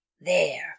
There